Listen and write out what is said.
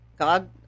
God